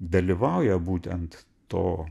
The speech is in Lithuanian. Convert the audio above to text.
dalyvauja būtent to